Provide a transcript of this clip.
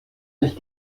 nicht